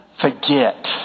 forget